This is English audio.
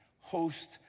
host